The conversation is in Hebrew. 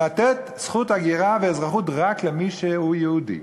לתת זכות הגירה ואזרחות רק למי שהוא יהודי.